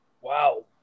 Wow